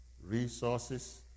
resources